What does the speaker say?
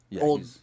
Old